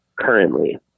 currently